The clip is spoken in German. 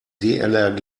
dlrg